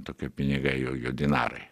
tokie pinigai jau jų dinarai